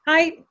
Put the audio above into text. Hi